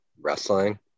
wrestling